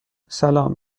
سلام